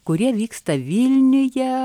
kurie vyksta vilniuje